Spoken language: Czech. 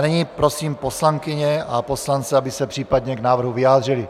Nyní prosím poslankyně a poslance, aby se případně k návrhu vyjádřili.